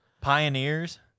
Pioneers